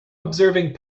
observing